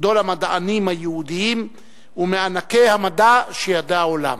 גדול המדענים היהודים ומענקי המדע שידע העולם.